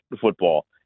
football